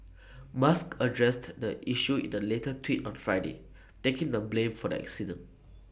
musk addressed the issue in A later tweet on Friday taking the blame for the accident